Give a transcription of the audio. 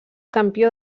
campió